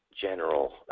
general